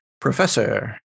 Professor